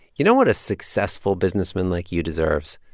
you know what a successful businessman like you deserves?